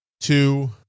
two